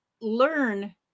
learn